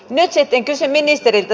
nyt sitten kysyn ministeriltä